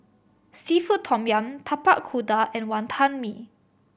seafood tom yum Tapak Kuda and Wantan Mee